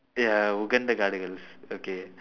ya okay